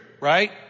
right